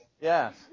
Yes